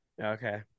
okay